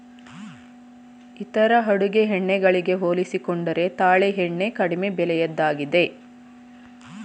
ಇತರ ಅಡುಗೆ ಎಣ್ಣೆ ಗಳಿಗೆ ಹೋಲಿಸಿಕೊಂಡರೆ ತಾಳೆ ಎಣ್ಣೆ ಕಡಿಮೆ ಬೆಲೆಯದ್ದಾಗಿದೆ